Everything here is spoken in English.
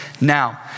now